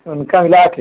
उनका मिलाकर